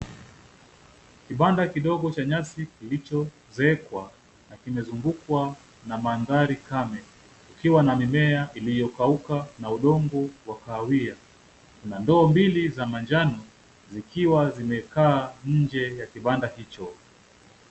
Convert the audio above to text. Kibanda kidogo cha nyasi kilichozeekwa, kimezungukwa na mandhari kame ikiwa na mimea iliyokauka na udongo wa kahawia. Kuna ndoo mbili za manjano zikiwa zimekaa nje ya kibanda hicho.